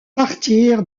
partir